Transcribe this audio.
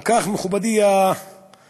על כן, מכובדי השר,